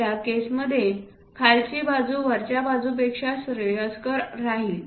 त्या केसमध्ये खालची बाजू वरच्या बाजूपेक्षा श्रेयस्कर राहील